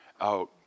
out